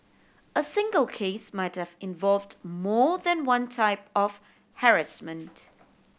a single case might have involved more than one type of harassment